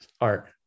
art